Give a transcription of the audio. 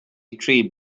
tree